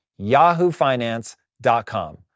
YahooFinance.com